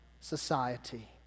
society